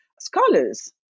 scholars